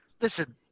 Listen